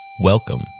Welcome